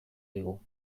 digu